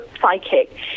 psychic